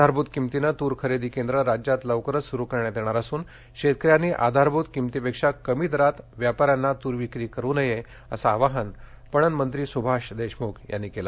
आधारभूत किंमतीनं तूर खरेदी केंद्र राज्यात लवकरच सुरु करण्यात येणार असून शेतकऱ्यांनी आधारभूत किंमतीपेक्षा कमी दरात व्यापाऱ्यांना तूर विक्री करु नये असं आवाहन पणनमंत्री सुभाष देशमुख यांनी केलं